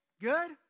Good